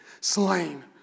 slain